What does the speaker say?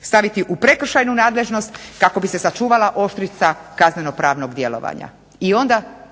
staviti u prekršajnu nadležnost kako bi se sačuvala oštrica kaznenopravnog djelovanja i onda